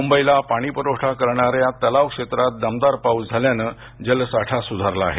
मुंबईला पाणीपुरवठा करणाऱ्या तलाव क्षेत्रात दमदार पाऊस झाल्यानं जलसाठा सुधारला आहे